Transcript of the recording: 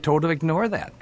totally ignore that